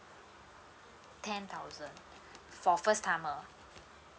ten thousand for first timer